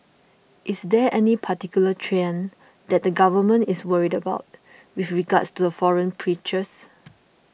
is there any particular trend that the Government is worried about with regards to the foreign preachers